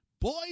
boys